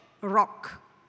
rock